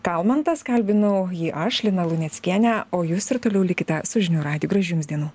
kalmantas kalbinau jį aš lina luneckienė o jūs ir toliau likite su žinių radiju gražių jums dienų